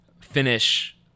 finish